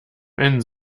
wenn